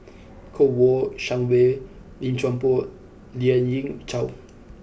Kouo Shang Wei Lim Chuan Poh Lien Ying Chow